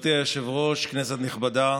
גברתי היושבת-ראש, כנסת נכבדה,